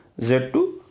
Z2